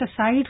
aside